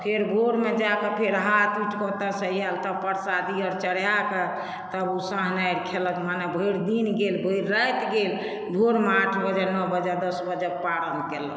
फेर भोरमे जा कऽ फेर हाथ उठि कऽ ओतयसँ आयल तऽ प्रसादी आर चढ़ाए कऽ तऽ ओ सहनिहारि खेलक मतलब भरि दिन गेल भरि राति गेल भोरमे आठ बजे नओ बजे दस बजे पारन केलक